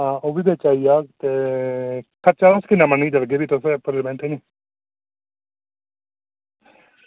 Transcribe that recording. आं ओह्बी बिच आई जाह्ग ते तुस किन्ना मन्नियै चलगे अरेंज़मेंट गी हून